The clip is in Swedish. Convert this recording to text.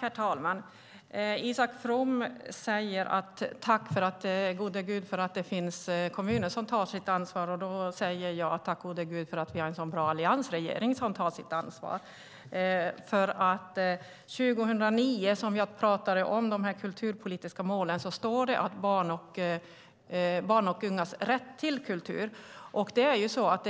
Herr talman! Isak From tackar gud för att det finns kommuner som tar sitt ansvar. Då säger jag tack gode gud för att vi har en så bra alliansregering som tar sitt ansvar. I de kulturpolitiska målen från 2009 står det om barns och ungas rätt till kultur. Det